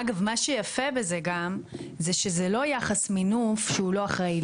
אגב מה שיפה בזה גם זה שזה לא יחס מינוף שהוא לא אחראי.